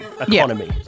Economy